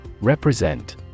Represent